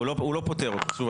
הוא לא פוטר אותו.